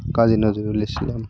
কাজী Nazrul ইসলাম